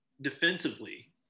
defensively